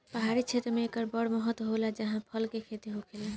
पहाड़ी क्षेत्र मे एकर बड़ महत्त्व होला जाहा फल के खेती होखेला